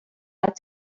out